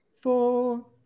Four